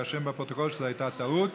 שיירשם בפרוטוקול שזו הייתה טעות.